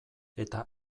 eta